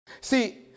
See